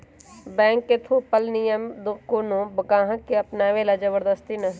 bank के थोपल नियम कोनो गाहक के अपनावे ला जबरदस्ती न हई